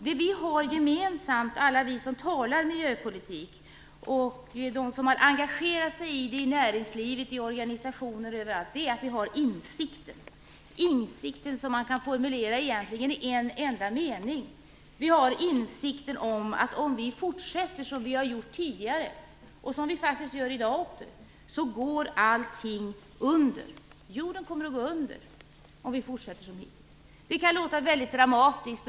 Det vi har gemensamt, vi som talar om miljöpolitik och de som har engagerat sig i näringsliv och organisationer, är en insikt som man egentligen kan formulera i en enda mening. Vi har insikt om att om vi fortsätter som vi har gjort tidigare och som vi faktiskt gör i dag så går allting under. Jorden kommer att gå under om vi fortsätter som hittills. Det kan låta väldigt dramatiskt.